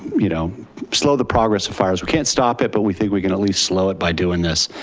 you know slow the progress of fires. we can't stop it, but we think we can at least slow it by doing this.